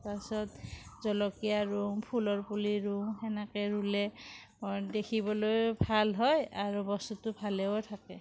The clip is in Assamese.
তাৰপিছত জলকীয়া ৰুওঁ ফুলৰ পুলি ৰুওঁ সেনেকৈ ৰুলে দেখিবলৈও ভাল হয় আৰু বস্তুটো ভাল হৈ থাকে